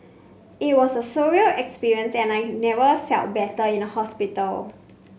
it was a surreal experience and I had never felt better in a hospital